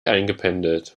eingependelt